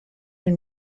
and